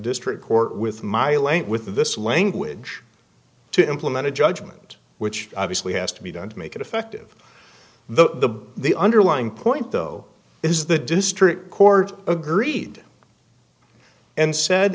district court with my late with this language to implement a judgment which obviously has to be done to make it effective the the underlying point though is the district court agreed and said